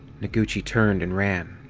noguchi turned and ran.